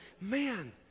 man